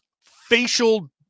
facial